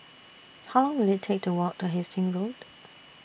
How Long Will IT Take to Walk to Hastings Road